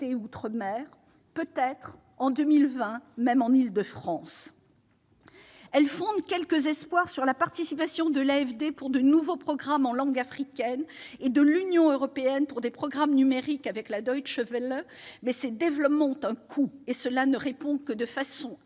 outre-mer et, peut-être, en Île-de-France en 2020. Le groupe fonde quelques espoirs sur la participation de l'AFD pour de nouveaux programmes en langue africaine et de l'Union européenne pour des programmes numériques avec, mais ces développements ont un coût et cela ne répond que de façon